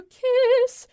kiss